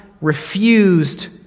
refused